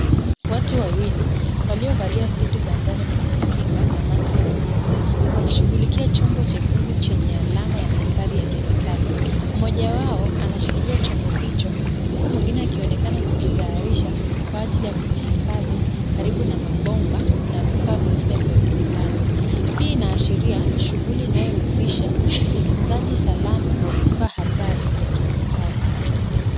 Watu wawili waliovalia suti za njano za kujikinga na maski za gesi, wakishughulikia chombo chekundu chenye alama ya hatari ya kemikali, mmoja wao anashikilia chombo hicho, huku mwingine akionekana kukitayarisha kwa ajili ya kukihifadhi karibu na mabomba na vifaa vingine vya viwandani, hii inaashiria shughuli inayohusisha utunzaji salama wa vifaa hatari vya kemikali.